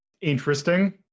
Interesting